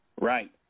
Right